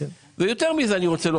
ויותר מכך,